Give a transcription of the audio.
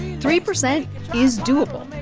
three percent is doable.